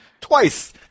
Twice